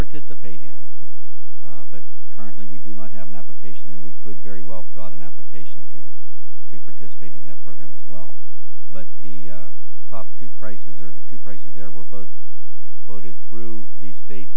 participate in but currently we do not have an application and we could very well thought an application to to participate in that program as well but the top two prices or the two prices there were both voted through the state